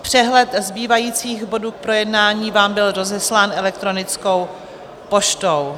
Přehled zbývajících bodů k projednání vám byl rozeslán elektronickou poštou.